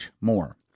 more